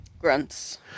Grunts